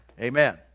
Amen